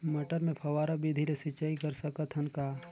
मटर मे फव्वारा विधि ले सिंचाई कर सकत हन का?